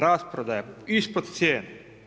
Rasprodaja ispod cijene.